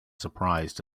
surprised